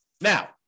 Now